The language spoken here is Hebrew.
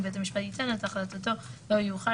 ובית המשפט ייתן את החלטתו לא יאוחר